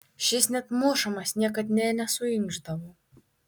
šis net mušamas niekad nė nesuinkšdavo